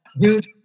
dude